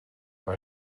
bei